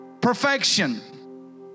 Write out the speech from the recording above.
Perfection